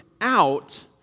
out